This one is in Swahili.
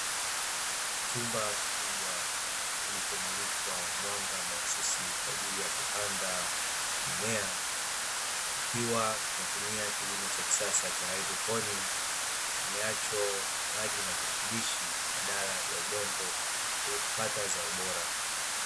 Chumba kikubwa kilichomulikwa mwanga mahususi kwajili ya kupanda mimea, kikiwa kinatumia kilimo cha kisasa cha hydroponiki, kitumiacho maji na virutubishi badala ya udongo ili kupata zao bora.